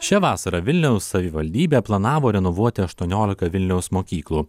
šią vasarą vilniaus savivaldybė planavo renovuoti aštuoniolika vilniaus mokyklų